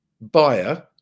buyer